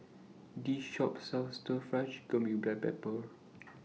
This Shop sells Stir Fry Chicken with Black Pepper